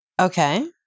Okay